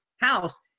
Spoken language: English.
house